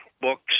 books